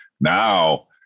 now